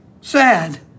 sad